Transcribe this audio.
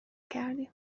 کردیم